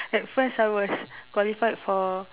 at first I was qualified for